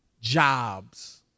jobs